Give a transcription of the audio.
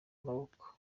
amaboko